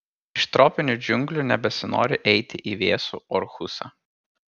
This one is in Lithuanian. iš tropinių džiunglių nebesinori eiti į vėsų orhusą